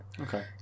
Okay